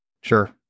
Sure